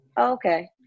Okay